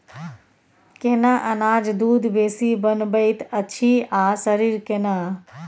केना अनाज दूध बेसी बनबैत अछि आ शरीर केना?